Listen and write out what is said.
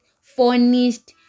furnished